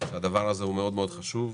שהדבר הזה מאוד מאוד חשוב.